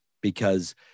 Because-